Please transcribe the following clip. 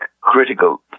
critical